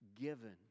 given